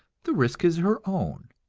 the risk is her own,